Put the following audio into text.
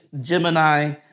Gemini